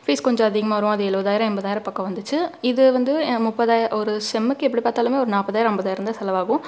fees கொஞ்சம் அதிகமாக வரும் அது எழுபதாயிரம் எண்பதாயிரம் பக்கம் வந்துச்சு இது வந்து முப்பதாயி ஒரு செம்முக்கு எப்படி பார்த்தாலுமே ஒரு நாற்பதாயிரம் ஐம்பதாயிரோந்தான் செலவாகும்